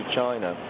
china